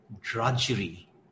drudgery